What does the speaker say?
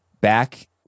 back